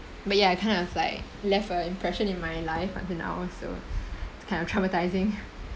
but ya kind of like left a impression in my life until now so it's kind of traumatising